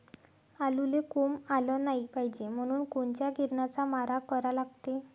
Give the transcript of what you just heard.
आलूले कोंब आलं नाई पायजे म्हनून कोनच्या किरनाचा मारा करा लागते?